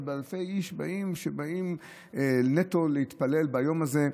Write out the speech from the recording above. אבל אלפי איש באים נטו להתפלל ביום הזה.